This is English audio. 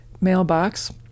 mailbox